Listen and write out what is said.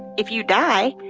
if you die,